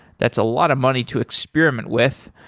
that's a lot of money to experiment with.